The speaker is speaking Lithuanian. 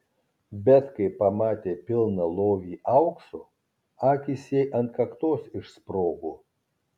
bet kai pamatė pilną lovį aukso akys jai ant kaktos išsprogo